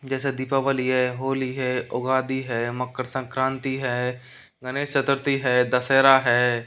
जैसे दीपावली है होली है उगादि है मकर संक्रांति है गणेश चतुर्थी है दशहरा है